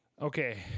Okay